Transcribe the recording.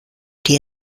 die